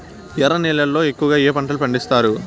ఎర్ర నేలల్లో ఎక్కువగా ఏ పంటలు పండిస్తారు